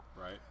right